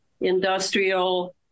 industrial